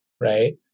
right